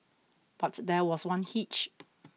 but there was one hitch